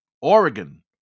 Oregon